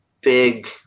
big